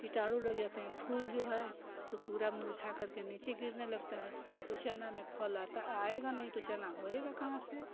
कीटाणु लग जाते हैं फूल जो है वह पूरा मुरझाकर के नीचे गिरने लगता है तो चना में फल आता आएगा नहीं तो चना होगा कहाँ से